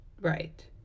Right